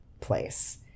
place